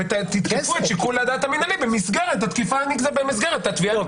ותתקפו את שיקול הדעת המנהלי במסגרת התביעה הנגזרת.